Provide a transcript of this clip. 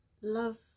love